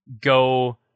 go